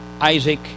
Isaac